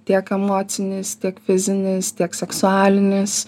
tiek emocinis tiek fizinis tiek seksualinis